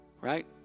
right